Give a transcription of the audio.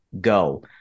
go